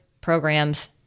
programs